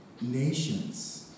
nations